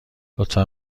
لطفا